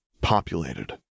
populated